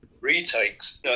retakes